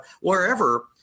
wherever